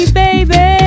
baby